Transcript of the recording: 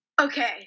Okay